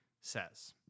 says